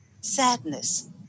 sadness